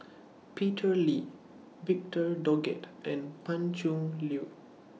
Peter Lee Victor Doggett and Pan Cheng Lui